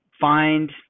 find